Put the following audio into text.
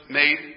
made